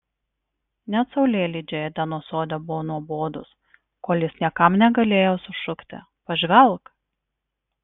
net saulėlydžiai edeno sode buvo nuobodūs kol jis niekam negalėjo sušukti pažvelk